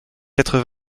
quatre